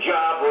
Job